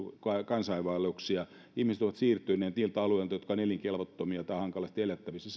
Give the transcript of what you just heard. kansainvaelluksia ihmiset ovat siirtyneet niiltä alueilta jotka ovat elinkelvottomia tai hankalasti elettävissä